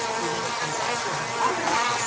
even if you also have a laptop,